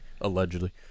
Allegedly